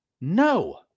No